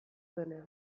denean